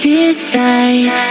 decide